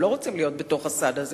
הם לא רוצים להיות בתוך הסד הזה,